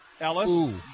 Ellis